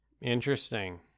Interesting